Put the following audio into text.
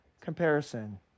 comparison